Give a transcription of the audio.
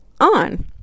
on